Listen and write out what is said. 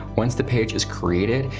once the page is created,